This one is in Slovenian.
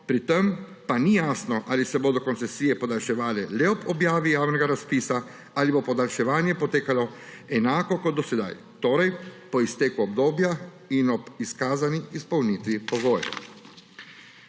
pri tem pa ni jasno, ali se bodo koncesije podaljševale le ob objavi javnega razpisa ali bo podaljševanje potekalo enako kot do sedaj, torej po izteku obdobja in ob izkazani izpolnitvi pogojev.